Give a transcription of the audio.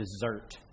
dessert